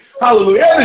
Hallelujah